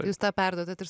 jūs perduodat ir